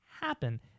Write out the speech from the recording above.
happen